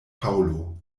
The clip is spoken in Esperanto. paŭlo